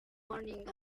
morning